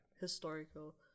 historical